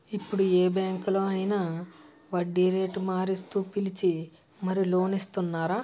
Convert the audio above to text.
ఇప్పుడు ఏ బాంకులో అయినా వడ్డీరేటు మారుస్తూ పిలిచి మరీ లోన్ ఇస్తున్నారు